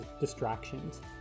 distractions